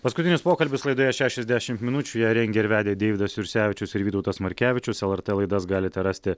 paskutinis pokalbis laidoje šešiasdešimt minučių ją rengė ir vedė deividas jursevičius ir vytautas markevičius lrt laidas galite rasti